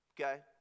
Okay